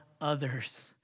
others